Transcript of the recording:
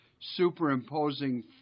Superimposing